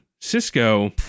Cisco